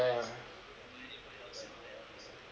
yeah